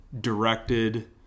directed